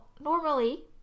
normally